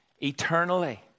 eternally